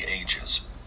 ages